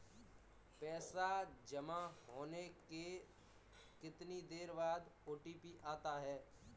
पैसा जमा होने के कितनी देर बाद ओ.टी.पी आता है?